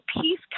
peace